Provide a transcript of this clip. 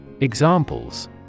Examples